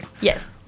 Yes